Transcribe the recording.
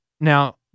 Now